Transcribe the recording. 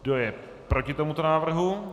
Kdo je proti tomuto návrhu?